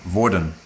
worden